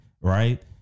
right